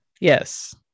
Yes